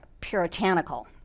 puritanical